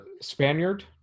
Spaniard